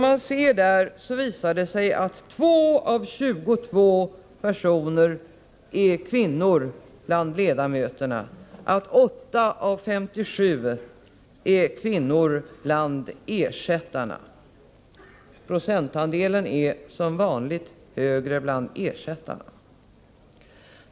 Där framgår det att 2 av 22 ledamöter är kvinnor och att 8 av 57 ersättare är kvinnor. Procentandelen är som vanligt högre bland ersättarna.